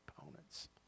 opponents